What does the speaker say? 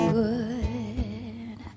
good